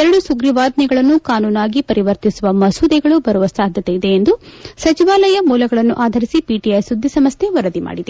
ಎರಡು ಸುಗ್ರೀವಾಜ್ವೆಗಳನ್ನು ಕಾನೂನಾಗಿ ಪರಿವರ್ತಿಸುವ ಮಸೂದೆಗಳೂ ಬರುವ ಸಾಧ್ಯತೆ ಇದೆ ಎಂದು ಸಚವಾಲಯ ಮೂಲಗಳನ್ನು ಆಧರಿಸಿ ಪಿಟಿಐ ಸುದ್ದಿ ಸಂಸ್ಥೆ ವರದಿ ಮಾಡಿದೆ